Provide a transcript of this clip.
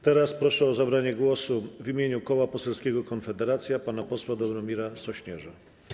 Teraz proszę o zabranie głosu w imieniu Koła Poselskiego Konfederacja pana posła Dobromira Sośnierza.